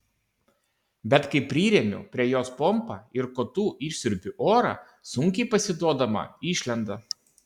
bet kai priremiu prie jos pompą ir kotu išsiurbiu orą sunkiai pasiduodama išlenda